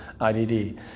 IDD